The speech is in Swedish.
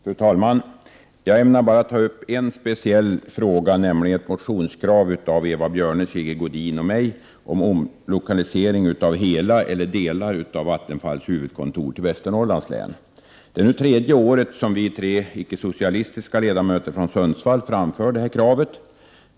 Fru talman! Jag ämnar bara ta upp en speciell fråga, nämligen ett motionskrav från Eva Björne, Sigge Godin och mig angående omlokalisering av hela eller delar av Vattenfalls huvudkontor till Västernorrlands län. Det är nu tredje året som vi tre icke-socialistiska ledamöter från Sundsvall framför detta krav.